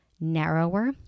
narrower